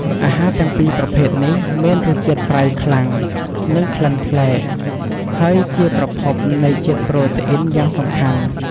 អាហារទាំងពីរប្រភេទនេះមានរសជាតិ ប្រៃខ្លាំង និងក្លិនប្លែក ហើយជាប្រភពនៃជាតិប្រូតេអ៊ីនយ៉ាងសំខាន់។